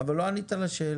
אבל לא ענית על השאלה.